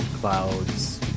clouds